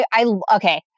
Okay